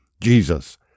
Jesus